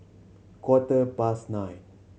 quarter past nine